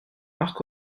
marc